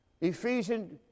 Ephesians